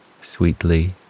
sweetly